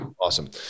Awesome